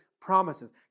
promises